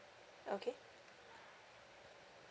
okay